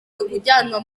kujyanwa